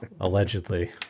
allegedly